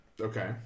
Okay